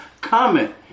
comment